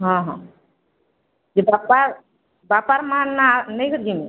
ହଁ ହଁ ଯେ ବାପାର୍ ବାପାର୍ ମାଆର୍ ନାଁ ନେଇକରି ଯିମି